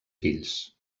fills